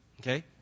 okay